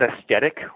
aesthetic